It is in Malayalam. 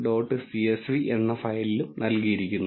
csv എന്ന ഫയലിലും നൽകിയിരിക്കുന്നു